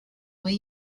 way